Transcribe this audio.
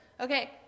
Okay